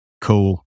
cool